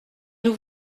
nous